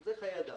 זה חיי אדם.